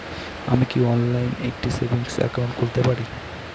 আমি কি অনলাইন একটি সেভিংস একাউন্ট খুলতে পারি?